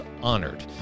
honored